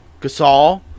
gasol